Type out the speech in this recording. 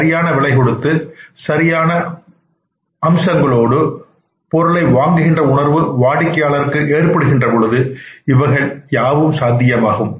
சரியான விலை கொடுத்து சரியான அம்சங்களோடு பொருளை வாங்குகின்ற உணர்வு வாடிக்கையாளருக்கு ஏற்படுகின்ற பொழுது இவைகள்யாவும் சாத்தியமாகும்